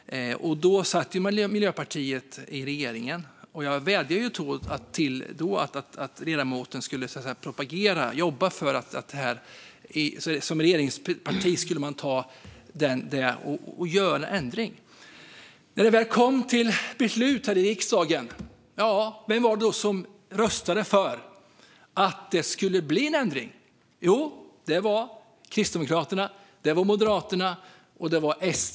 Då satt Miljöpartiet i regeringen. Jag vädjade då till ledamoten att hon skulle propagera för att Miljöpartiet som regeringsparti skulle arbeta för en ändring. När det väl kom till beslut i riksdagen, vem var det som röstade för att det skulle bli en ändring? Jo, det var Kristdemokraterna, Moderaterna och Sverigedemokraterna.